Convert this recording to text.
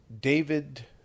David